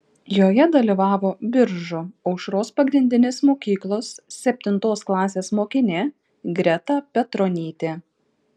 joje dalyvavo biržų aušros pagrindinės mokyklos septintos klasės mokinė greta petronytė